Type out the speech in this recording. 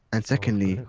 and secondly,